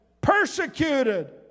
Persecuted